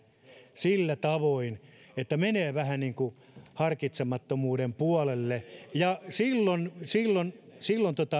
sillä tavoin että menee vähän niin kuin harkitsemattomuuden puolelle ja silloin silloin